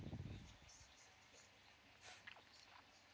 mm